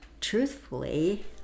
truthfully